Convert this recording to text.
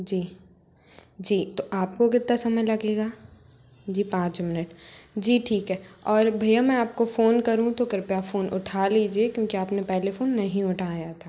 जी जी तो आप को कितना समय लगेगा जी पाँच मिनट जी ठीक है और भय्या मैं आप को फ़ोन करूँ तो कृपया फ़ोन उठा लीजिए क्योंकि आप ने पहले फ़ोन नहीं उठाया था